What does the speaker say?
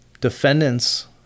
defendants